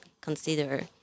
consider